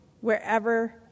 wherever